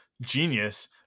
genius